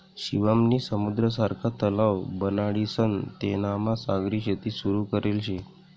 शिवम नी समुद्र सारखा तलाव बनाडीसन तेनामा सागरी शेती सुरू करेल शे